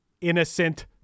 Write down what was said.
innocent